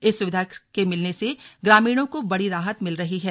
इस सुविधा के मिलने से ग्रामीणों को बड़ी राहत मिल रही है